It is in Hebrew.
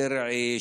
קרעי,